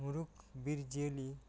ᱢᱩᱬᱩᱛ ᱵᱤᱨ ᱡᱤᱭᱟᱹᱞᱤ